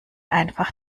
einfach